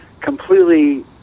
completely